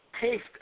taste